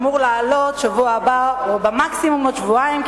הוא אמור לעלות בשבוע הבא או מקסימום בעוד שבועיים,